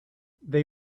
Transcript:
they